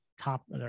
top